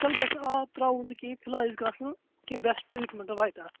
تیٚلہِ گَژھِ نہٕ آب ترٛاوُن تہِ کِہیٖنٛۍ فِلحال ییٖتِس کالَس نہٕ کیٚنٛہہ بیٚسٹ ٹریٖٹمیٚنٛٹاہ واتہِ اَتھ